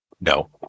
No